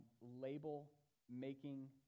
label-making